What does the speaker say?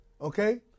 okay